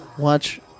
Watch